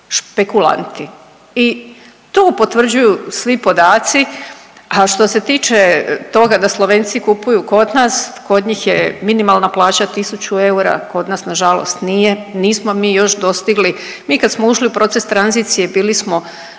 špekulanti. I to potvrđuju svi podaci, a što se tiče toga da Slovenci kupuju kod nas, kod njih je minimalna plaća 1000 eura, kod na žalost nije. Nismo mi još dostigli, mi kad smo ušli u proces tranzicije bili smo